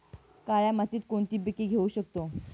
काळ्या मातीत कोणती पिके घेऊ शकतो?